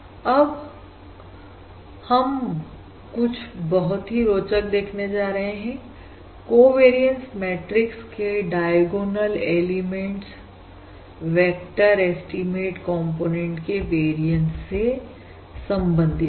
और अब हम कुछ बहुत ही रोचक देखने जा रहे हैं कोवेरियंस मैट्रिक्स के diagonal elements vector estimate component के वेरियंस से संबंधित है